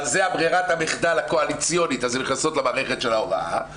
אבל זו ברירת המחדל הקואליציונית אז הן נכנסות למערכת של ההוראה,